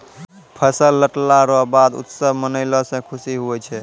फसल लटला रो बाद उत्सव मनैलो से खुशी हुवै छै